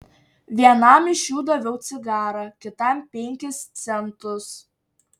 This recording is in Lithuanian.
vienam iš jų daviau cigarą kitam penkis centus